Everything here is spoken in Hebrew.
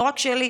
לא רק שלי.